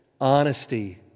honesty